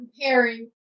comparing